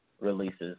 releases